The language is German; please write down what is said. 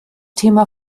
thema